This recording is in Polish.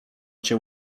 cię